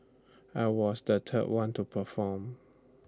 I was the third one to perform